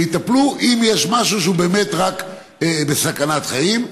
ויטפלו אם יש משהו שהוא באמת רק סכנת חיים.